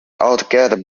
altogether